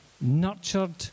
nurtured